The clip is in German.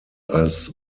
als